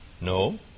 No